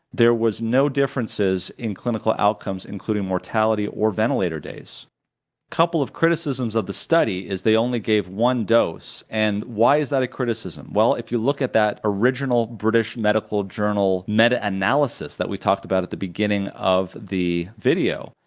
there was no differences in clinical outcomes including mortality or ventilator days. a couple of criticisms of the study is they only gave one dose, and why is that a criticism? well if you look at that original british medical journal meta-analysis that we talked about at the beginning of the video,